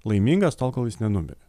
laimingas tol kol jis nenumirė